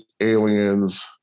aliens